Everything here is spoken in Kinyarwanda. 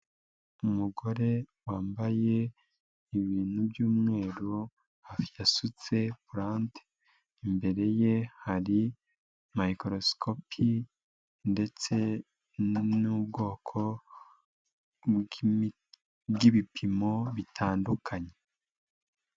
Umugore wambaye ibintu by'umweru, hafi yasutse plte. Imbere ye hari microscopi ndetse n'ubwoko bw'ibipimo bitandukanye.